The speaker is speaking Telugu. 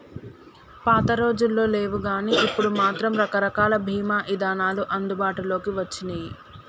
పాతరోజుల్లో లేవుగానీ ఇప్పుడు మాత్రం రకరకాల బీమా ఇదానాలు అందుబాటులోకి వచ్చినియ్యి